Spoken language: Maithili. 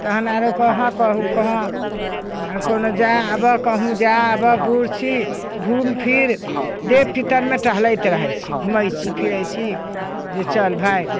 तहन आओर कहाँ कहुँ कहाँ कोनो जाइ आबऽ कहुँ जाइ आबऽ बूढ़ छी घूम फिर देव पितरमे टहलैत रहै छी घुमै छी फिरै छी जे चल भाइ